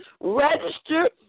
register